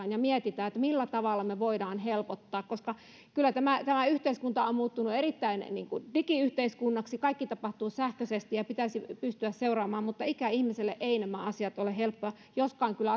ja miettiä millä tavalla me voimme sitä helpottaa koska kyllä tämä tämä yhteiskunta on muuttunut erittäin voimakkaasti digiyhteiskunnaksi kaikki tapahtuu sähköisesti ja kaikkea pitäisi pystyä seuraamaan mutta ikäihmiselle nämä asiat eivät ole helppoja joskaan kyllä